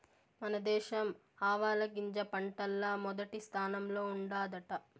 మన దేశం ఆవాలగింజ పంటల్ల మొదటి స్థానంలో ఉండాదట